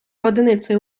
одиницею